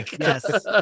Yes